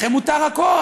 לכם מותר הכול.